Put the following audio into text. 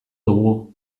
dugu